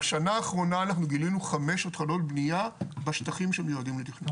בשנה האחרונה אנחנו גילינו חמש התחלות בנייה בשטחים שמיועדים לתכנון.